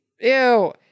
Ew